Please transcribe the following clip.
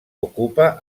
ocupa